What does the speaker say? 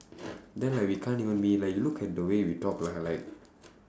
then like we can't even meet like you look at the way we talk lah like